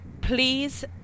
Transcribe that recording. please